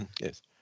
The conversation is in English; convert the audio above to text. Yes